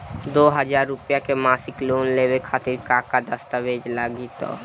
दो हज़ार रुपया के मासिक लोन लेवे खातिर का का दस्तावेजऽ लग त?